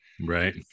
right